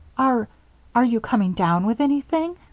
are are you coming down with anything?